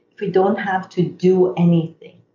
we don't have to do anything,